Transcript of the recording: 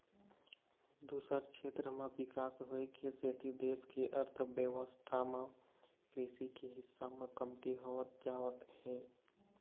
दूसर छेत्र म बिकास होए के सेती देश के अर्थबेवस्था म कृषि के हिस्सा ह कमती होवत जावत हे